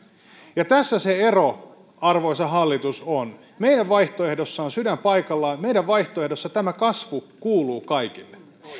tässä se ero arvoisa hallitus on meidän vaihtoehdossamme on sydän paikallaan meidän vaihtoehdossamme tämä kasvu kuuluu kaikille